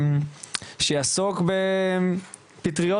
שיעסוק בפטריות